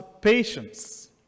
patience